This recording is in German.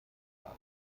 tag